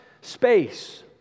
space